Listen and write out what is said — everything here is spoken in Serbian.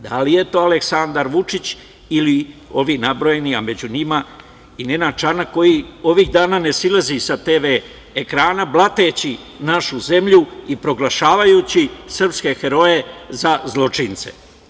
Da li je to Aleksandar Vučić ili ovi nabrojani, a među njima i Nenad Čanak, koji ovih dana ne silazi sa TV ekrana, blateći našu zemlju i proglašavajući srpske heroje za zločince.